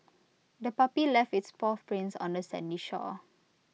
the puppy left its paw prints on the sandy shore